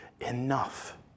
enough